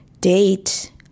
date